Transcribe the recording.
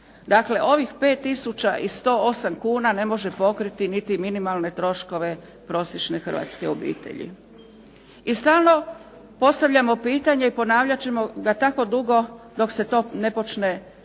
Dakle, ovih 5 tisuća i 108 kuna ne može pokriti niti minimalne troškove prosječne hrvatske obitelji. I stalno postavljamo pitanje i ponavljat ćemo ga tako dugo dok se to ne počne